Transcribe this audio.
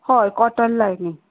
हय cotton lining